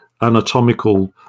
anatomical